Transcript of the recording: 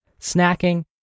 snacking